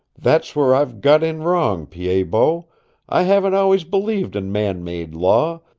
that's where i've got in wrong, pied-bot, i haven't always believed in man-made law,